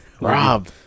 Rob